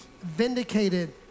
vindicated